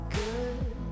good